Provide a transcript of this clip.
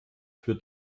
für